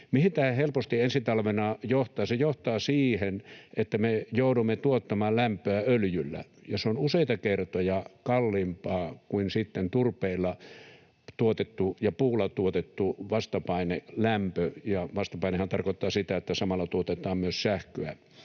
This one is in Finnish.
Mihin tämä helposti ensi talvena johtaa? Se johtaa siihen, että me joudumme tuottamaan lämpöä öljyllä, ja se on useita kertoja kalliimpaa kuin turpeella tuotettu ja puulla tuotettu vastapainelämpö — ja vastapainehan tarkoittaa sitä, että samalla tuotetaan myös sähköä.